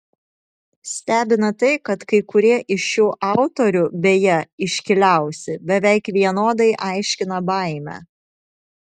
stebina tai kad kai kurie iš šių autorių beje iškiliausi beveik vienodai aiškina baimę